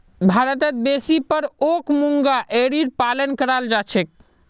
भारतत बेसी पर ओक मूंगा एरीर पालन कराल जा छेक